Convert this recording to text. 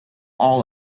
all